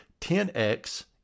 10X